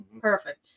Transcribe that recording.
perfect